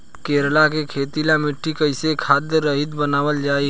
करेला के खेती ला मिट्टी कइसे खाद्य रहित बनावल जाई?